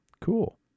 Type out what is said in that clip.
Cool